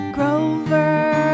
Grover